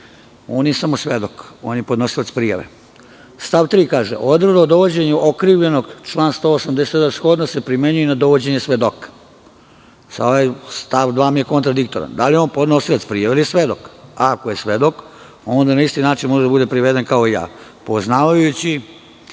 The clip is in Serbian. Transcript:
On nije samo svedok, on je podnosilac prijave. Stav 3. kaže – odredba o dovođenju okrivljenog, član 187. shodno se primenjuje na dovođenje svedoka. Stav 2. mi je kontradiktoran. Da li je on podnosilac prijave ili svedok? Ako je svedok, onda na isti način može da bude priveden kao ja. Poznavajući